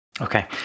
Okay